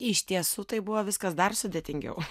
iš tiesų tai buvo viskas dar sudėtingiau